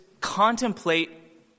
contemplate